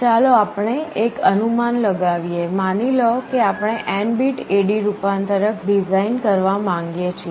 ચાલો આપણે એક અનુમાન લગાવીએ માની લો કે આપણે N બીટ AD રૂપાંતરક ડિઝાઇન કરવા માંગીએ છીએ